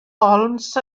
holmes